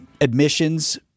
admissions